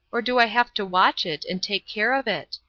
or do i have to watch it and take care of it?